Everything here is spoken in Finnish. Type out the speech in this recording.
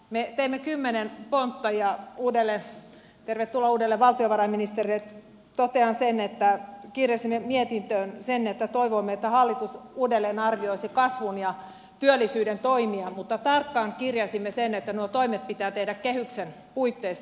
me teimme kymmenen pontta tervetuloa uudelle valtiovarainministerille ja totean sen että kirjasimme mietintöön sen että toivomme että hallitus uudelleen arvioisi kasvun ja työllisyyden toimia mutta tarkkaan kirjasimme sen että nuo toimet pitää tehdä kehyksen puitteissa